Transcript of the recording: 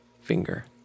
finger